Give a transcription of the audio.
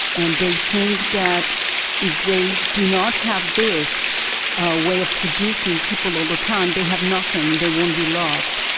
and they think that if they do not have this ah way of seducing people all the time they have nothing, they won't to be loved.